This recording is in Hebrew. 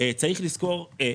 צריך לזכור,